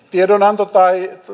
tiedonanto tai on